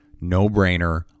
no-brainer